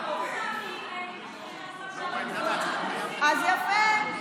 השרה להגנת הסביבה תמר זנדברג: אז יפה,